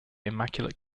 immaculate